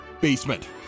basement